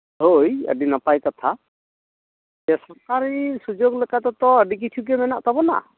ᱦᱳᱭ ᱟᱹᱰᱤ ᱱᱟᱯᱟᱭ ᱠᱟᱛᱷᱟ ᱥᱚᱨᱠᱟᱨᱤ ᱥᱩᱡᱳᱜᱽ ᱞᱮᱠᱟᱛᱮᱫᱚ ᱟᱹᱰᱤ ᱠᱤᱪᱷᱩ ᱜᱮ ᱢᱮᱱᱟᱜ ᱛᱟᱵᱚᱱᱟ